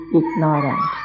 ignorant